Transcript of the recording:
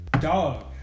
Dog